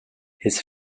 his